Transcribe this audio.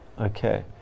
Okay